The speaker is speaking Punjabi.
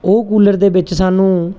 ਉਹ ਕੂਲਰ ਦੇ ਵਿੱਚ ਸਾਨੂੰ